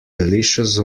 delicious